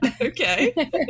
Okay